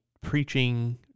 preaching